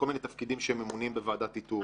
כל מיני תפקידים שממונים בוועדת איתור.